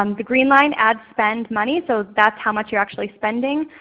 um the green line, ad spend money, so that's how much you are actually spending.